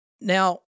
Now